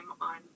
on